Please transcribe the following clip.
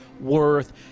worth